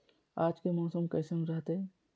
आज के मौसम कैसन रहताई?